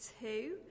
two